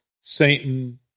Satan